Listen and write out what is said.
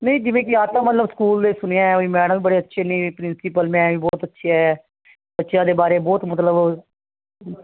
ਨਹੀਂ ਜਿਵੇਂ ਕੀ ਆਤਮ ਮਤਲਬ ਸਕੂਲ ਦੇ ਸੁਣਿਆ ਵੀ ਮੈਡਮ ਬੜੇ ਅੱਛੇ ਨੇ ਪ੍ਰਿੰਸੀਪਲ ਮੈਮ ਵੀ ਬਹੁਤ ਅੱਛੇ ਐ ਬੱਚਿਆਂ ਦੇ ਬਾਰੇ ਬਹੁਤ ਮਤਲਬ